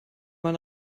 man